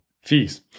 fees